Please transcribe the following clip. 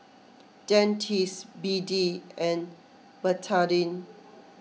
Dentiste B D and Betadine